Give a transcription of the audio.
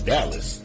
Dallas